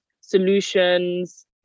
solutions